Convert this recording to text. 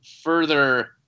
further